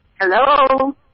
Hello